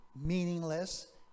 meaningless